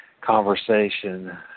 conversation